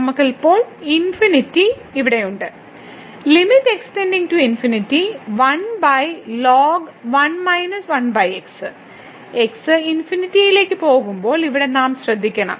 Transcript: നമ്മൾക്ക് ഇപ്പോൾ ∞ ഇവിടെയുണ്ട് x ലേക്ക് പോകുമ്പോൾ ഇവിടെ നാം ശ്രദ്ധിക്കണം